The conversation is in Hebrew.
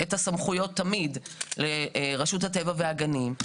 את הסמכויות תמיד לרשות הטבע והגנים.